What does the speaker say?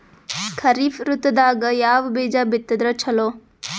ಖರೀಫ್ ಋತದಾಗ ಯಾವ ಬೀಜ ಬಿತ್ತದರ ಚಲೋ?